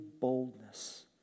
boldness